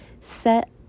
set